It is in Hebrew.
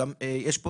יש פה